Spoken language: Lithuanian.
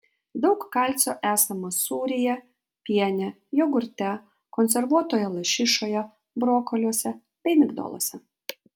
daug kalcio esama sūryje piene jogurte konservuotoje lašišoje brokoliuose bei migdoluose